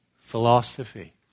philosophy